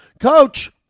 coach